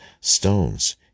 stones